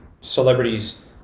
celebrities